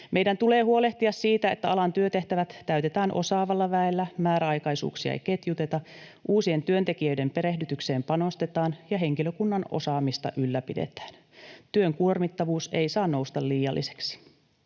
Meidän tulee huolehtia siitä, että alan työtehtävät täytetään osaavalla väellä, määräaikaisuuksia ei ketjuteta, uusien työntekijöiden perehdytykseen panostetaan ja henkilökunnan osaamista ylläpidetään. Työn kuormittavuus ei saa nousta liialliseksi.